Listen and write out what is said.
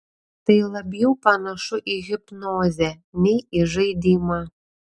tai labiau panašu į hipnozę nei į žaidimą